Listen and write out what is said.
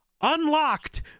Unlocked